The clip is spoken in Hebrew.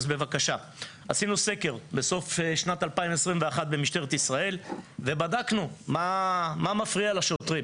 עשינו סקר בסוף שנת 21' במשטרת ישראל ובדקנו מה מפריע לשוטרים,